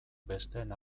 besteen